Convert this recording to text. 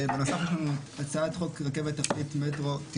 בסך הכול, הצעת חוק רכבת תחתית (מטרו) (תיקון)